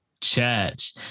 church